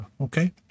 okay